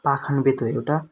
पाखन बेत हो एउटा